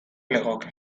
legoke